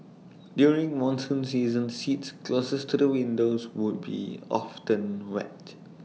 during monsoon season seats closest to the windows would be often wet